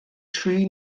tri